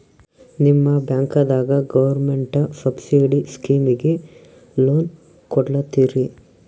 ನಿಮ ಬ್ಯಾಂಕದಾಗ government subsidy ಸ್ಕೀಮಿಗಿ ಲೊನ ಕೊಡ್ಲತ್ತೀರಿ?